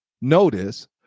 Notice